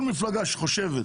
כל מפלגה שחושבת